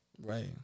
Right